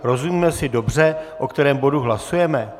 Rozumíme si dobře, o kterém bodu hlasujeme?